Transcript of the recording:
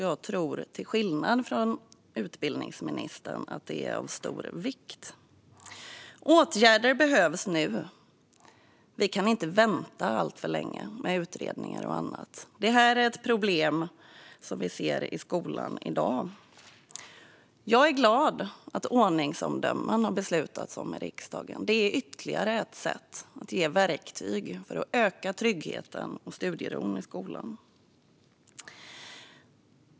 Jag tror till skillnad från utbildningsministern att det är av stor vikt. Åtgärder behövs nu. Vi kan inte vänta alltför länge med utredningar och annat. Detta är ett problem som vi ser i skolan i dag. Jag är glad att riksdagen har beslutat om ordningsomdömen. Det är ytterligare ett sätt att ge verktyg för att öka tryggheten och studieron i skolan.